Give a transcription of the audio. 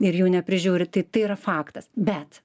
ir jų neprižiūri tai tai yra faktas bet